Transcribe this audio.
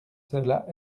cela